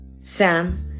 Sam